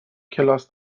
کلاس